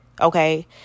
Okay